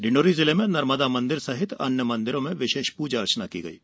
डिडौरी जिले में नर्मदा मंदिर सहित अन्य मंदिरों में विशेष पूजा अर्चना की गयी